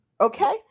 Okay